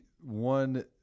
one